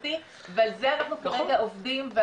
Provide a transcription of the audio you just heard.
רגשי-חברתי ועל זה אנחנו כרגע עובדים,